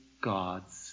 God's